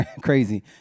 crazy